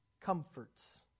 Comforts